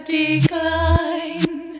decline